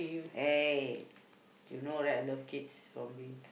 hey you know right I love kids right from me